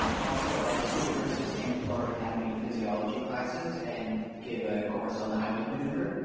also our school nurse just came into our anatomy and physiology classes and gave a course on the heimlich maneuver,